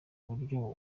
uburyo